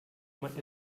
man